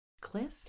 Cliff